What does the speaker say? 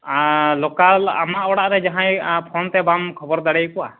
local ᱟᱢᱟᱜ ᱚᱲᱟᱜ ᱨᱮ ᱡᱟᱦᱟᱸᱭ ᱯᱷᱳᱱᱛᱮ ᱵᱟᱢ ᱠᱷᱚᱵᱚᱨ ᱫᱟᱲᱮᱣ ᱟᱠᱚᱣᱟ